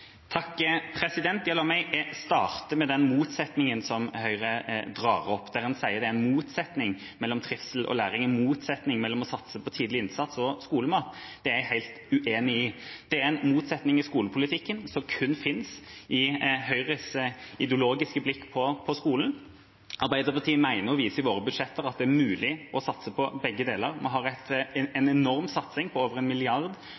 La meg starte med den motsetningen som Høyre drar opp, der en sier det er en motsetning mellom trivsel og læring, en motsetning mellom å satse på tidlig innsats og skolemat. Det er jeg helt uenig i. Det er en motsetning i skolepolitikken som kun fins i Høyres ideologiske blikk på skolen. Arbeiderpartiet mener og vi viser i våre budsjetter at det er mulig å satse på begge deler. Vi har en enorm satsing, over